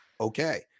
okay